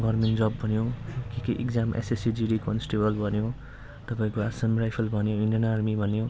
government जब भन्यो के इग्जाम एसएससी जिडी कन्स्टेबल भन्यो तपाईँको आसाम राइफल्स भन्यो इन्डियन आर्मी भन्यो